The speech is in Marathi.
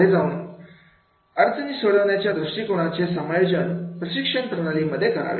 पुढे जाऊन अडचणी सोडविण्याच्या दृष्टिकोनाचे समायोजन प्रशिक्षण प्रणालीमध्ये करावे